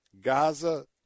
Gaza